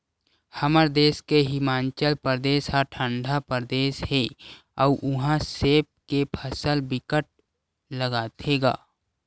हमर देस के हिमाचल परदेस ह ठंडा परदेस हे अउ उहा सेब के फसल बिकट लगाथे गा